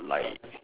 like